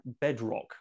bedrock